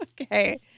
Okay